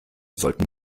sollten